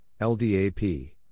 LDAP